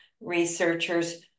researchers